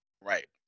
Right